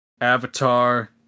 Avatar